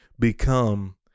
become